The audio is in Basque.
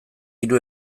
hiru